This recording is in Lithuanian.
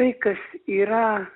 tai kas yra